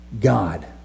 God